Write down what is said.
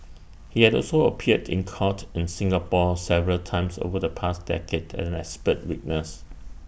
he had also appeared in court in Singapore several times over the past decade as an expert witness